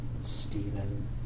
Stephen